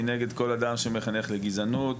אני נגד כל אדם שמחנך לגזענות.